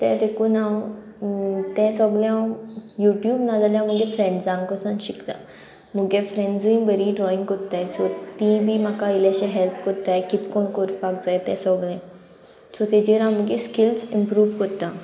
तें देखून हांव तें सोगलें हांव युट्यूब नाजाल्या म्हगे फ्रेंड्सांक कसोन शिकता मुगे फ्रेंड्सूय बरी ड्रॉइंग कोत्ताय सो ती बी म्हाका इल्लेशे हेल्प कोत्ताय कितको कोरपाक जाय ते सोगले सो तेजेर हांव म्हगे स्किल्स इमप्रूव कोत्ता